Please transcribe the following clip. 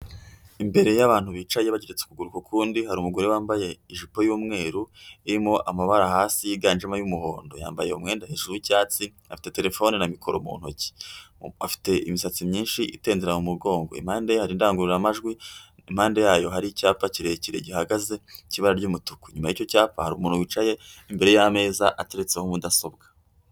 Imbere y'abantu bicaye bageretse akuguru ku kundi hari umugore wambaye ijipo y'umweru irimo amabara hasi yiganjemo yumuhondo, yambaye umwenda hejuru w'icyatsi afite terefone na mikoro mu ntoki, afite imisatsi myinshi itendera mu mugongo impande ye hari indangururamajwi impande yayo hari icyapa kirekire gihagaze cy'ibara ry'umutuku nyuma y'i cyapa hari umuntu wicaye, imbereye hari imeza hateretseho mudasobwa.